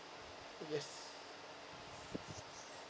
yes